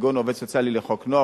כגון עובד סוציאלי לחוק הנוער,